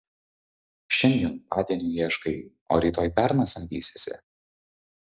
šiandien padienių ieškai o rytoj berną samdysiesi